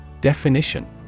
Definition